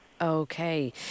Okay